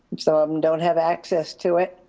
so um don't have access to it.